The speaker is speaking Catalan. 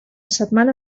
setmana